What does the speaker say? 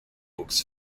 books